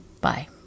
Bye